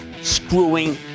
screwing